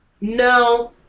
No